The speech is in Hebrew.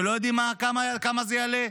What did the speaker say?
שלא יודעים כמה זה יעלה,